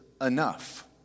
enough